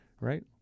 right